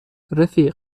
رفیق